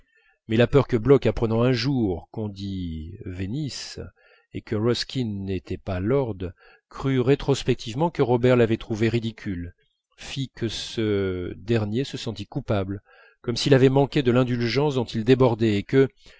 mais la peur que bloch apprenant un jour qu'on dit venice et que ruskin n'était pas lord crût rétrospectivement que robert l'avait trouvé ridicule fit que ce dernier se sentit coupable comme s'il avait manqué de l'indulgence dont il débordait et que